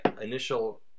initial